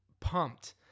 pumped